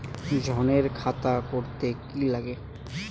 ঋণের খাতা করতে কি লাগে?